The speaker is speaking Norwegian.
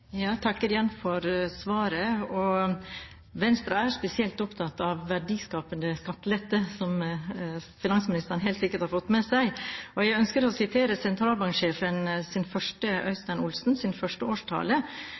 Jeg takker igjen for svaret. Venstre er spesielt opptatt av verdiskapende skattelette, som finansministeren helt sikkert har fått med seg. Jeg ønsker å sitere sentralbanksjef Øystein Olsens første årstale.